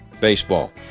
baseball